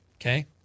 Okay